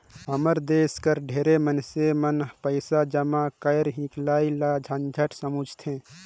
हमर देस कर ढेरे मइनसे मन पइसा जमा करई हिंकलई ल झंझट समुझथें